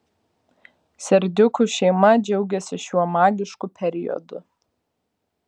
serdiukų šeima džiaugiasi šiuo magišku periodu